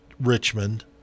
Richmond